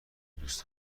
دوست